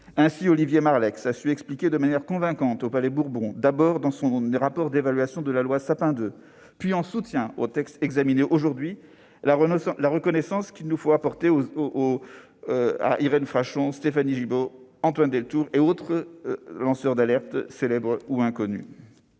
contient. Olivier Marleix a su expliquer de manière convaincante au Palais Bourbon, d'abord dans son rapport d'évaluation de la loi Sapin II, puis en soutien aux textes examinés aujourd'hui, la reconnaissance que nous devons à Irène Frachon, à Stéphanie Gibaud, à Antoine Deltour et aux autres lanceurs d'alerte, célèbres ou inconnus.